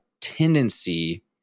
tendency